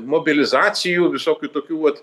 mobilizacijų visokių tokių vat